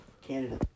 Canada